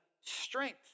strength